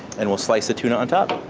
and we'll slice the tuna on top.